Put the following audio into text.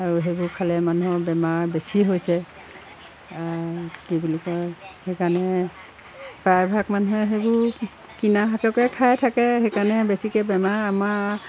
আৰু সেইবোৰ খালে মানুহৰ বেমাৰ বেছি হৈছে কি বুলি কয় সেইকাৰণে প্ৰায়ভাগ মানুহে সেইবোৰ কিনা শাককে খাই থাকে সেইকাৰণেহে বেছিকৈ বেমাৰ আমাৰ